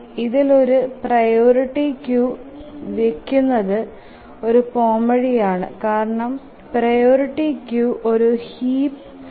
ഇതിൽ ഒരു priority queue വേകുന്നതു ഒരു പോവഴി ആണ് കാരണം പ്രിയോറിറ്റി ക്യൂ ഒരു ഹീപ് അടിസ്ഥാനത്തിൽ പ്രവർത്തിപികാം